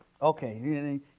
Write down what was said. Okay